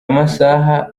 masaha